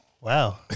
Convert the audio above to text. Wow